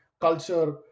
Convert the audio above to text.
culture